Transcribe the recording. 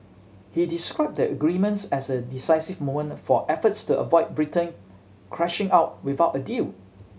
he described the agreements as a decisive moment for efforts to avoid Britain crashing out without a deal